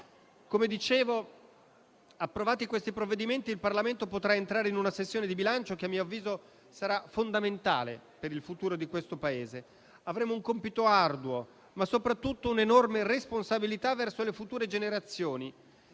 Come dicevo, approvati questi provvedimenti, il Parlamento potrà entrare in una sessione di bilancio che a mio avviso sarà fondamentale per il futuro di questo Paese. Avremo un compito arduo, ma soprattutto un'enorme responsabilità verso le future generazioni.